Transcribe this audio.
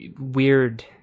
weird